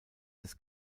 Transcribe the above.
des